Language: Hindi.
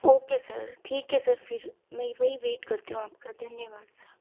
ओके सर ठीक है सर फिर में वहीं वैट करती हूँ आपका धन्यवाद सर